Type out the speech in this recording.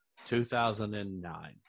2009